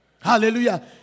Hallelujah